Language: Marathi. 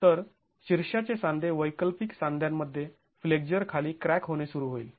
तर शीर्षाचे सांधे वैकल्पिक सांध्यांमध्ये फ्लेक्झर खाली क्रॅक होणे सुरू होईल